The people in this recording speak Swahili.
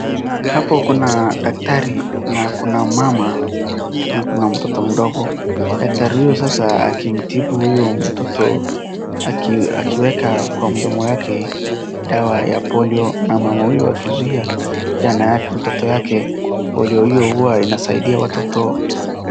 Hapo kuna daktari na kuna mmama na kuna mtoto mdogo. Daktari huyo sasa akimtibu huyo mtoto akiweka kwa mdomo yake dawa ya polio na mama huyo akizuia mtoto yake. Polio hiyo huwa inasaidia watoto.